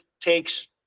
takes